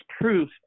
proof